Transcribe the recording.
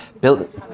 built